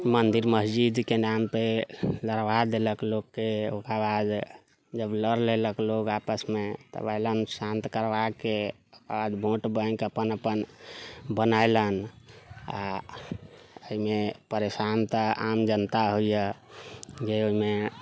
मन्दिर मस्जिदके नामपे लड़बा देलक लोकके ओकर बाद जब लड़ लेलक लोक आपसमे तब एलनि शान्त करबाके ओकर बाद वोट बैंक अपन अपन बनैलनि आ एहिमे परेशान तऽ आम जनता होइया जे ओहिमे